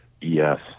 yes